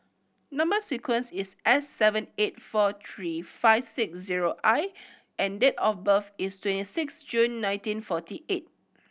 number sequence is S seven eight four three five six zero I and date of birth is twenty six June nineteen forty eight